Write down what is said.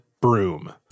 broom